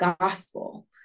gospel